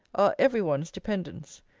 are every one's dependence.